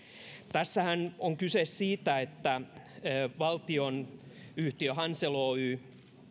tässähän on kyse siitä että valtionyhtiö hansel oy